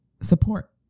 support